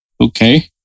Okay